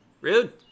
Rude